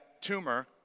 tumor